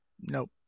Nope